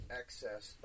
excess